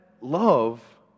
love